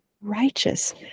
righteous